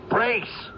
Brace